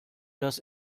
dass